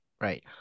Right